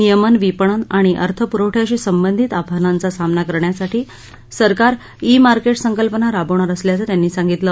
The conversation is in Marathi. नियमन विपणन आणि अर्थपुरवठ्याशी संबंधित आव्हानांचा सामना करण्यासाठी सरकार ई मार्केट संकल्पना राबवणार असल्याचं त्यांनी सांगितलं